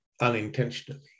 unintentionally